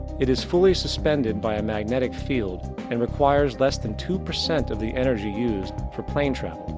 it is fully suspended by a magnetic field and requires less then two percent of the energy used for plane travel.